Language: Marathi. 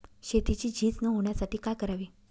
शेतीची झीज न होण्यासाठी काय करावे?